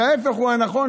ההפך הוא הנכון,